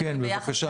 בבקשה, נירית.